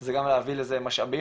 זה גם להביא לזה משאבים,